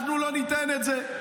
אנחנו לא ניתן את זה.